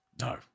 No